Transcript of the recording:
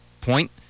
point